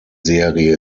serie